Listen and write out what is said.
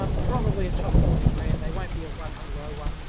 um probably a top-quality brand, they won't be a wun hung lo one.